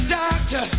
doctor